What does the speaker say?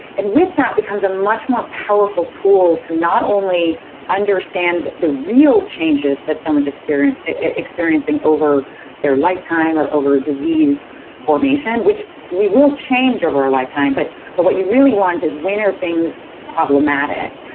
and with that, it becomes a much more powerful tool to not only understand the real changes that someone's experiencing experiencing over their lifetime or over disease formation, which we will change over our lifetime but but what you really want is when are things problematic?